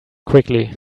quickly